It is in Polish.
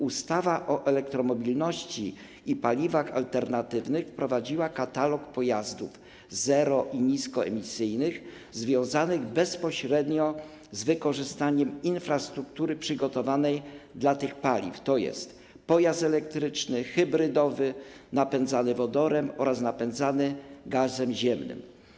Ustawa o elektromobilości i paliwach alternatywnych wprowadziła katalog pojazdów zero- i niskoemisyjnych związanych bezpośrednio z wykorzystaniem infrastruktury przygotowanej dla tych paliw, zwierający: pojazd elektryczny, hybrydowy, napędzany wodorem oraz napędzany gazem ziemnym.